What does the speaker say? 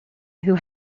who